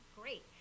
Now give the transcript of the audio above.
great